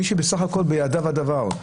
מי שבסך הכל בידיו הדבר,